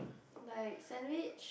like sandwich